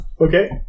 Okay